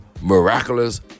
miraculous